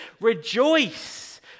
Rejoice